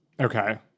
Okay